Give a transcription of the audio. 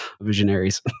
visionaries